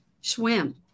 swim